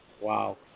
Wow